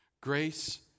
Grace